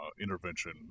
intervention